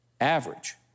average